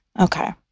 okay